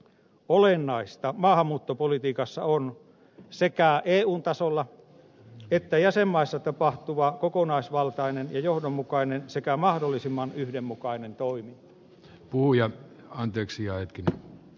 olennaista maahanmuuttopolitiikassa on sekä eun tasolla että jäsenmaissa tapahtuva kokonaisvaltainen ja johdonmukainen sekä mahdollisimman yhdenmukainen toiminta puu ja anteeksi oi kim c